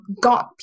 got